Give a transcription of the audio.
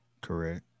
Correct